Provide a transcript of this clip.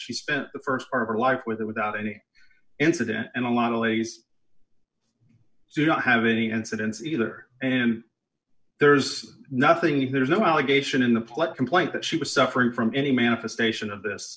she spent the st part of her life with it without any incident and a lot of ladies do not have any incidents either and there's nothing there's no allegation in the pledge complaint that she was suffering from any manifestation of this